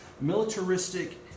militaristic